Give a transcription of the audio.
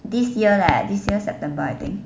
this year leh this year september I think